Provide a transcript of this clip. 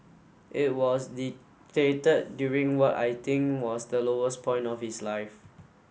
it was dictated during what I think was the lowest point of his life